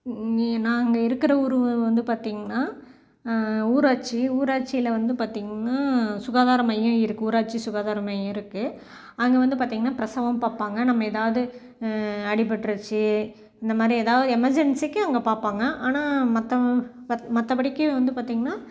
இ நாங்கள் இருக்கிற ஊர் வந்து பார்த்தீங்கன்னா ஊராட்சி ஊராட்சியில் வந்து பார்த்தீங்கன்னா சுகாதார மையம் இருக்குது ஊராட்சி சுகாதார மையம் இருக்குது அங்கே வந்து பார்த்தீங்கன்னா பிரசவம் பார்ப்பாங்க நம்ம ஏதாவது அடிப்பட்டிருச்சி இந்த மாதிரி ஏதாவது எமர்ஜென்சிக்கு அவங்க பார்ப்பாங்க ஆனால் மற்ற மத் மற்றபடிக்கி வந்து பார்த்தீங்கன்னா